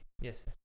Yes